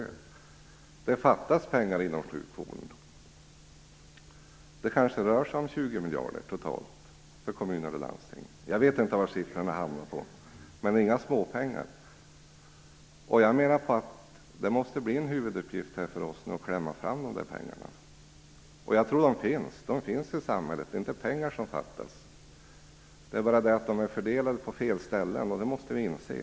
Det fattas pengar inom sjukvården. Totalt kanske det rör sig om 20 miljarder kronor för kommuner och landsting. Jag vet inte exakt var siffrorna hamnar, men det är inga småpengar. Det måste nu bli en huvuduppgift för oss att klämma fram de pengarna, och jag tror att de finns i samhället. Det är inte pengar som fattas, men de är fördelade fel. Det måste vi inse.